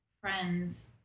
friends